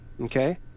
okay